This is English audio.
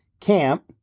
camp